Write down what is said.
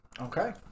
Okay